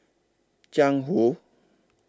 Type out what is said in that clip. Jiang Hu